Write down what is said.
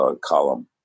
column